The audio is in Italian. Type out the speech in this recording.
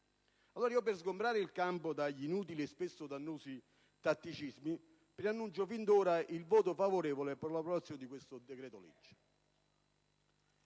Allora, per sgombrare il campo dagli inutili e spesso dannosi tatticismi, preannuncio fin d'ora il voto favorevole sul provvedimento in esame.